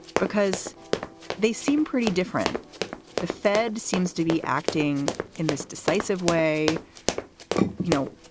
because they seem pretty different the fed seems to be acting in this decisive way you know,